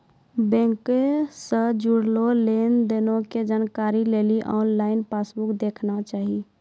बैंको से जुड़लो लेन देनो के जानकारी लेली आनलाइन पासबुक देखना चाही